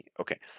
Okay